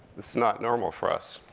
that's not normal for us.